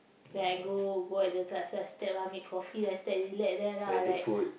then I go go at the make coffee I relax there lah like